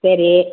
சரி